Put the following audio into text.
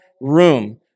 room